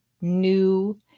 new